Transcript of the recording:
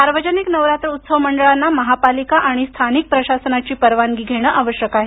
सार्वजनिक नवरात्र उत्सव मंडळांना महापालिका आणि स्थानिक प्रशासनाची परवानगी घेणं आवश्यक आहे